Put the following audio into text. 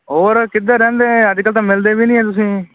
ਹੋਰ ਕਿੱਧਰ ਰਹਿੰਦੇ ਅੱਜ ਕੱਲ੍ਹ ਤਾਂ ਮਿਲਦੇ ਵੀ ਨਹੀਂ ਹੈ ਤੁਸੀਂ